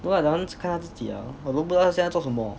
no lah that one 是看他自己啊我都不知道他现在做什么